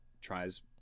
tries